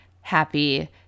happy